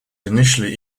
initially